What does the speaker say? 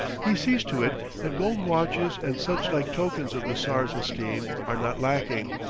he sees to it that gold watches and such-like tokens of the czar's esteem are not lacking.